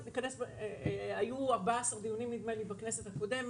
היו 4 דיונים בכנסת הקודמת.